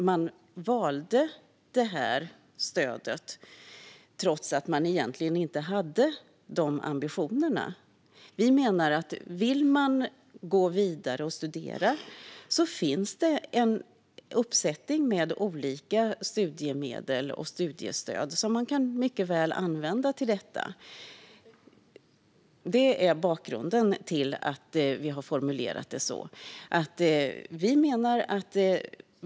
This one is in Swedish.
Man valde stödet trots att man egentligen inte hade de ambitionerna. Vill man gå vidare och studera finns det en uppsättning olika studiemedel och studiestöd som man kan använda. Det är bakgrunden till vår formulering.